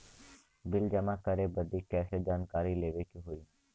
Bill जमा करे बदी कैसे जानकारी लेवे के होई?